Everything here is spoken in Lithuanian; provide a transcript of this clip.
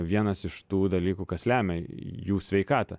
vienas iš tų dalykų kas lemia jų sveikatą